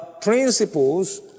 principles